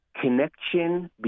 Connection